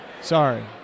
sorry